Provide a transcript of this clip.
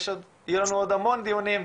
יהיו לנו עוד המון דיונים,